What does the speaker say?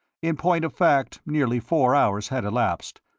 in point of fact, nearly four hours had elapsed.